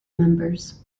members